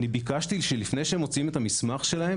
ביקשתי שלפני שמוציאים את המסמך שלהם